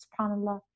SubhanAllah